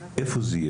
איפה זה יהיה?